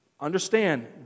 Understand